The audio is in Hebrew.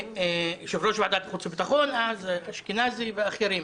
יושב-ראש ועדת חוץ וביטחון דאז אשכנזי ואחרים.